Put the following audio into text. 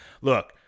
look